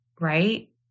Right